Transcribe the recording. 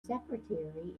secretary